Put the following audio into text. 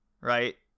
right